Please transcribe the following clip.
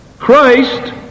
Christ